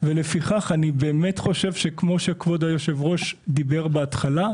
ולפיכך אני באמת חושב שכמו שכבוד היושב-ראש דיבר בהתחלה,